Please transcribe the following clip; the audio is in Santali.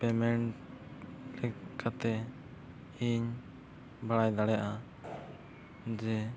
ᱞᱮᱠ ᱠᱟᱛᱮᱫ ᱤᱧ ᱵᱟᱲᱟᱭ ᱫᱟᱲᱮᱭᱟᱜᱼᱟ ᱡᱮ